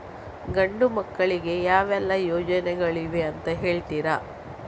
ಗಂಡು ಮಕ್ಕಳಿಗೆ ಯಾವೆಲ್ಲಾ ಯೋಜನೆಗಳಿವೆ ಅಂತ ಹೇಳ್ತೀರಾ?